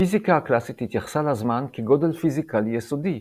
הפיזיקה הקלאסית התייחסה לזמן כגודל פיזיקלי יסודי,